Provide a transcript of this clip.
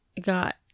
got